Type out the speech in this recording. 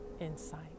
insight